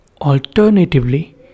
Alternatively